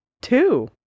Two